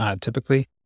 typically